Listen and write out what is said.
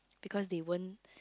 because they won't